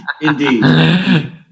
indeed